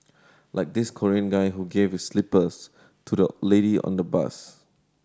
like this Korean guy who gave his slippers to the lady on the bus